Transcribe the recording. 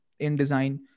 InDesign